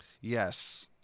yes